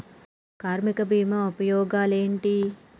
కార్మిక బీమా ఉపయోగాలేంటి?